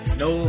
no